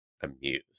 amused